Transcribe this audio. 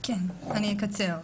כן, אני אקצר.